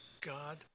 God